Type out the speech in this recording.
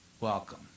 welcome